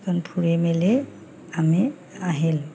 এইখন ফুৰি মেলি আমি আহিলোঁ